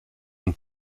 und